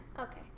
Okay